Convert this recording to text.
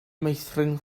meithrin